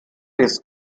ist